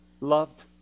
Loved